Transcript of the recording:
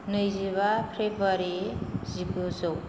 नैजिबा फ्रेबुवारि जिगुजौ